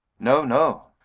no! no!